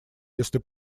если